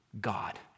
God